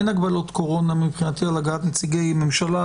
אין הגבלות קורונה להגעת נציגי ממשלה,